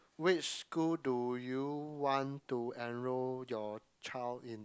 which school do you want to enrol your child in